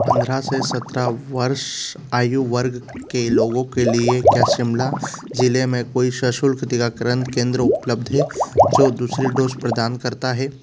पंद्रह से सत्रह वर्ष आयु वर्ग के लोगों के लिए क्या शिमला ज़िले में कोई सशुल्क टीकाकरण केंद्र उपलब्ध है जो दूसरी डोज़ प्रदान करता है